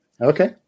Okay